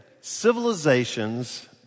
civilizations